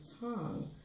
tongue